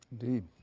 Indeed